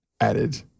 added